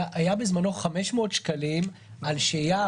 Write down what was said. היה בזמנו 500 שקלים על שהייה,